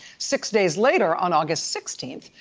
six days later on august sixteenth,